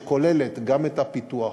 שכוללת גם את הפיתוח,